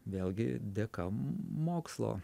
vėlgi dėka mokslo